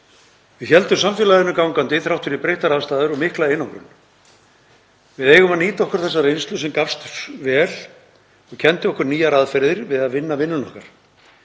Við héldum samfélaginu gangandi þrátt fyrir breyttar aðstæður og mikla einangrun og við eigum að nýta okkur þessa reynslu sem gafst vel og kenndi okkur nýjar aðferðir við að vinna vinnuna okkar.